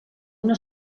una